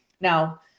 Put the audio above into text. Now